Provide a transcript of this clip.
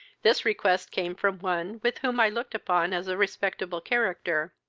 this request came from one with whom i looked upon as a respectable character.